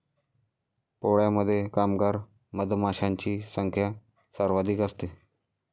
पोळ्यामध्ये कामगार मधमाशांची संख्या सर्वाधिक असते